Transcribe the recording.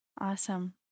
awesome